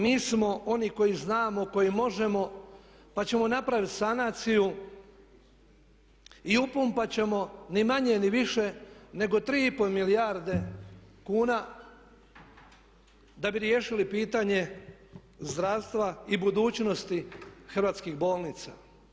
Mi smo oni koji znamo, koji možemo pa ćemo napraviti sanaciju i upumpat ćemo ni manje ni više nego 3,5 milijarde kuna da bi riješili pitanje zdravstva i budućnosti hrvatskih bolnica.